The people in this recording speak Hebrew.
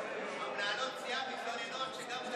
מנהלות הסיעה מתלוננות שכל הסודוקו נגמר